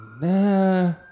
Nah